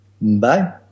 Bye